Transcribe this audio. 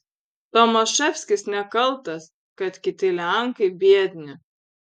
tomaševskis nekaltas kad kiti lenkai biedni